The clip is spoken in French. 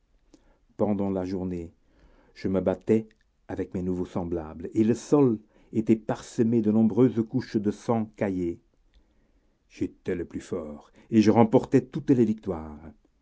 pendant la journée je me battais avec mes nouveaux semblables et le sol était parsemé de nombreuses couches de sang caillé j'étais le plus fort et je remportais toutes les victoires